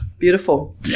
Beautiful